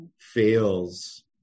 fails